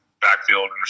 backfield